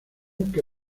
que